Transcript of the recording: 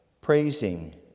praising